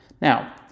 Now